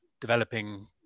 developing